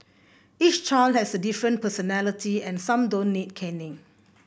each child has a different personality and some don't need caning